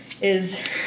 Is-